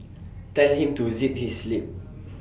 tell him to zip his lip